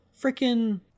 freaking